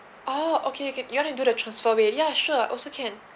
ah okay okay you want to do the transfer way yes sure also can